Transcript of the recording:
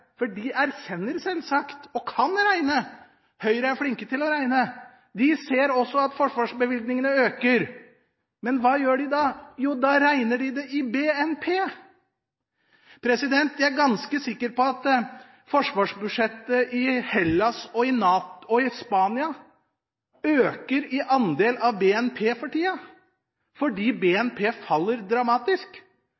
for de erkjenner selvsagt også, og kan regne – Høyre er flinke til å regne – at forsvarsbevilgningene øker. Men hva gjør de da? Jo, da regner de det i BNP. Jeg er ganske sikker på at forsvarsbudsjettet i Hellas og i Spania øker i andel av BNP for tida, fordi